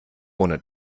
ohne